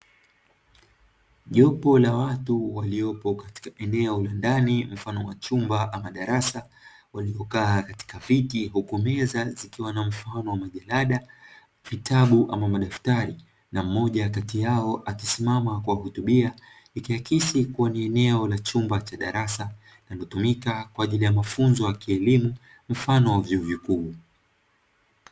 Jopo la watu waliopo katika eneo la ndani mfano wa chumba ama darasa waliokaa katika viti, huku meza zikiwa na mfano wa majalada, vitabu ama madaftari, na mmoja kati yao akisimama kuwahutubia, ikiakisi kuwa ni eneo la chumba cha darasa, linalotumika kwa ajili ya mafunzo ya kielimu mfano wa vyuo vikuu.